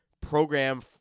program